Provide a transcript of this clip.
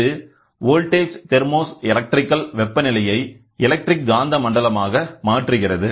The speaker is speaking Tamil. இது வோல்டேஜ் தெர்மோஸ் எலக்ட்ரிக்கல் வெப்பநிலையை எலக்ட்ரிக் காந்த மண்டலமாக மாற்றுகிறது